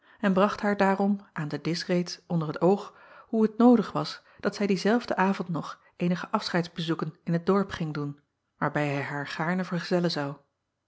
en bracht haar daarom aan den disch reeds onder t oog hoe t noodig was dat zij dienzelfden avond nog eenige afscheidsbezoeken in t dorp ging doen waarbij hij haar gaarne vergezellen zou